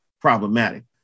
problematic